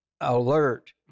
alert